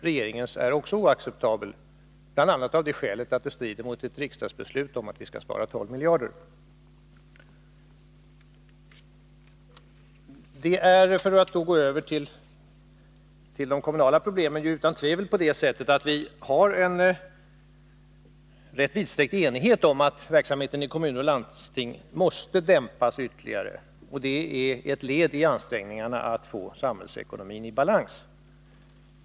Regeringens är också oacceptabel, bl.a. av det skälet att den strider mot ett riksdagsbeslut om att vi skall spara 12 miljarder. För att gå över till de kommunala problemen vill jag säga att det utan tvivel råder en rätt vidsträckt enighet om att verksamheten i kommuner och landsting måste dämpas ytterligare som ett led i ansträngningarna att få samhällsekonomin i balans.